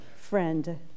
Friend